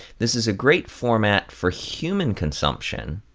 this is a great format for human consumption,